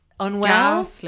Unwell